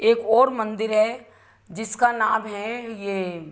एक और मंदिर है जिसका नाम है यह